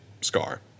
Scar